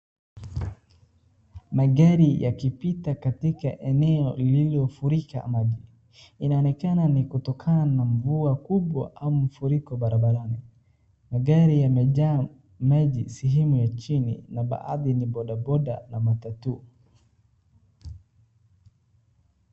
Magari yakipita katika eneo lililofurika maji. Inaonekana ni kutokana na mvua kubwa au mafuriko barabarani. Magari yamejaa maji sehemu ya chini na baadhi ni bodaboda na matatu.